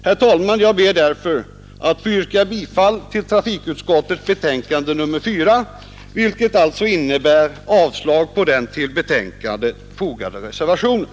Jag ber därför, herr talman, att få yrka bifall till trafikutskottets hemställan i betänkande nr 4, vilket innebär avslag på den till betänkandet fogade reservationen.